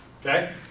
Okay